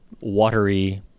watery